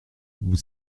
vous